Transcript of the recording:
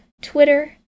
Twitter